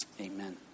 Amen